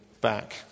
back